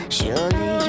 surely